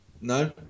no